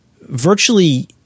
virtually